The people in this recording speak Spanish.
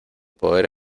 poder